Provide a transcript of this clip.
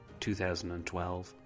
2012